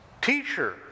teacher